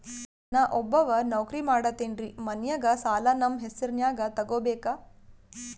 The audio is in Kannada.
ನಾ ಒಬ್ಬವ ನೌಕ್ರಿ ಮಾಡತೆನ್ರಿ ಮನ್ಯಗ ಸಾಲಾ ನಮ್ ಹೆಸ್ರನ್ಯಾಗ ತೊಗೊಬೇಕ?